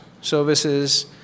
services